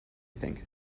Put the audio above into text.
think